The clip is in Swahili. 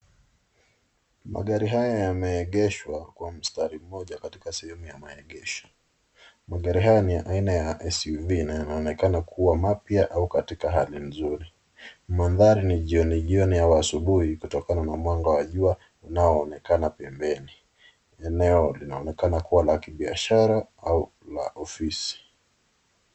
Magari haya yameegeshwa kwa mstari mmoja katika sehemu ya maegesho. Magari haya ni ya aina ya SUV na yanaonekana kuwa mapya au katika hali nzuri. Mandhari ni jioni jioni au asubuhi kutokana na mwanga jua unaoonekana pembeni. Eneo linaonekana kuwa la kibiashara au la ofisi.